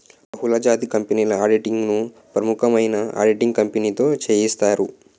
బహుళజాతి కంపెనీల ఆడిటింగ్ ను ప్రముఖమైన ఆడిటింగ్ కంపెనీతో సేయిత్తారు